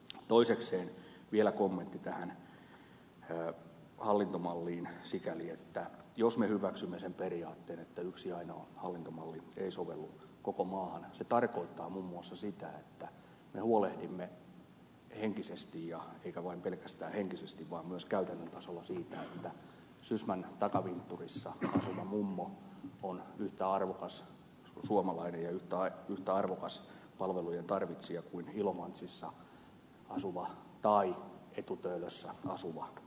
toisekseen vielä kommentti tähän hallintomalliin sikäli että jos me hyväksymme sen periaatteen että yksi ainoa hallintomalli ei sovellu koko maahan se tarkoittaa muun muassa sitä että me huolehdimme henkisesti ja eikä pelkästään henkisesti vaan myös käytännön tasolla siitä että sysmän takavintturissa asuva mummo on yhtä arvokas suomalainen ja yhtä arvokas palvelujen tarvitsija kuin ilomantsissa asuva tai etu töölössä asuva mummo